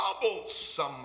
troublesome